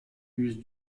use